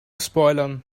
spoilern